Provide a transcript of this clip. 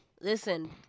listen